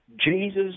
Jesus